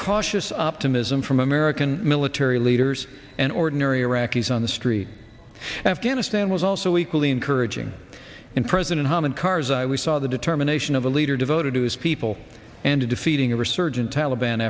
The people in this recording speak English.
cautious optimism from american military leaders and ordinary iraqis on the street afghanistan was also equally encouraging in president hamid karzai we saw the determination of a leader devoted to his people and to defeating a resurgent taliban